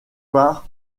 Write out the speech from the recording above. par